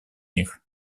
них